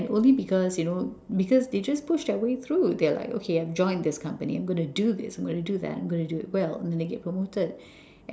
and only because you know because they just push their way through they're like okay I've joined this company I'm going to do this I'm going to do that I'm going to do it well and then they get promoted